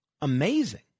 amazing